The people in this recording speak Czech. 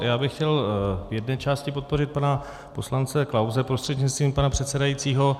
Já bych chtěl v jedné části podpořit pana poslance Klause prostřednictvím pana předsedajícího.